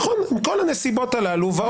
מכל הנסיבות הללו ועוד.